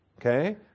Okay